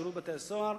לשירות בתי-הסוהר,